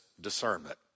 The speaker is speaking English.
discernment